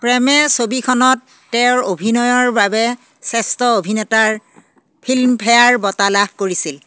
প্ৰেমে ছবিখনত তেওঁৰ অভিনয়ৰ বাবে শ্ৰেষ্ঠ অভিনেতাৰ ফিল্মফেয়াৰ বঁটা লাভ কৰিছিল